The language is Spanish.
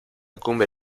cumbre